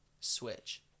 switch